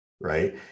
right